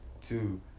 Two